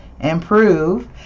improve